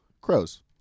Crows